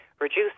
reduce